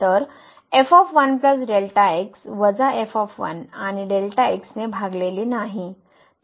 तर वजा f आणि ने भागलेले नाही